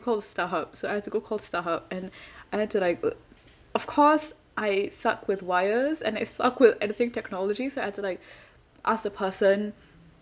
call Starhub so I had to go call starhub and I had to like of course I suck with wires and I suck with anything technology so I had to like ask the person